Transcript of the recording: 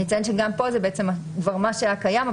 נציין שגם פה זה בעצם כבר מה שהיה קיים.